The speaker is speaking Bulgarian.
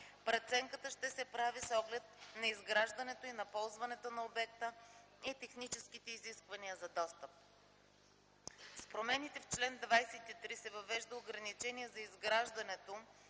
Преценката ще се прави с оглед на изграждането и на ползването на обекта и техническите изисквания за достъп. С промените в чл. 23 се въвежда ограничение за изграждането